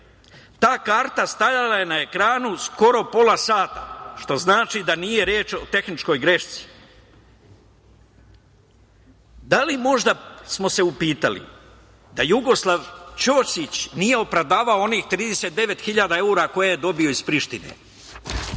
Ta karta stajala je na ekranu skoro pola sata, što znači da nije reč o tehničkoj greški. Da li smo se možda upitali da Jugoslav Ćosić nije opravdavao onih 39.000 evra koje je dobio iz Prištine?